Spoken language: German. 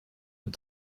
mit